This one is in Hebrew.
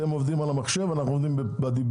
אתם עובדים על המחשב ואנחנו עובדים בדיבור.